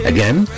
Again